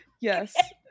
Yes